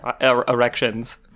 erections